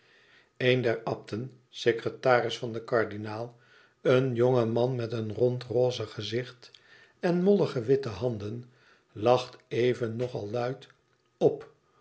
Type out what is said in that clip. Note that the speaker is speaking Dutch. een der abten secretaris van den kardinaal een jonge man met een rond roze gezicht en mollige witte handen lacht even nog al luid op